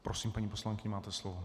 Prosím, paní poslankyně, máte slovo.